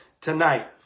tonight